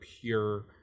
pure